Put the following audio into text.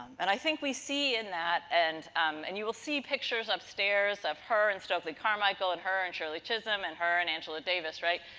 and, i think we see in that, and um and you will see pictures upstairs of her and stokely carmichael and her and shirley chisholm, and her and angela davis. right?